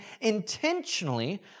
intentionally